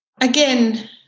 again